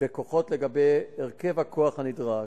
בכוחות ולגבי הרכב הכוח הנדרש.